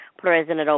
President